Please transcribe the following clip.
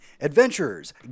Adventurers